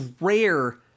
rare